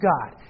God